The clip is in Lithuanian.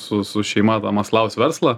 su su šeima maslaus verslą